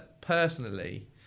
personally